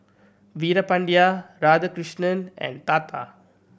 Veerapandiya Radhakrishnan and Tata